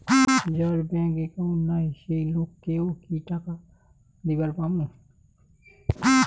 যার bank account নাই সেই লোক কে ও কি টাকা দিবার পামু?